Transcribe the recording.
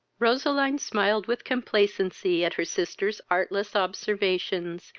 roseline smiled with complacency at her sister's artless observations,